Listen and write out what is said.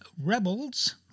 Rebels